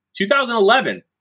2011